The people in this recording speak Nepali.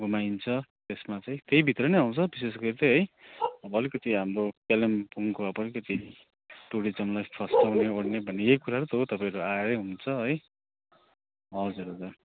घुमाइन्छ त्यसमा चाहिँ त्यहीभित्र नै आउँछ विशेषगरी चाहिँ है अब अलिकति हाम्रो कालिम्पोङको अब अलिकति टुरिजमलाई फस्टाउने ओर्ने भन्ने यही कुराहरू त हो तपाईँहरू आएरै हुन्छ है हजुर हजुर